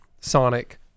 Sonic